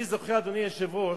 אני זוכר, אדוני היושב-ראש,